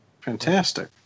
Fantastic